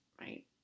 right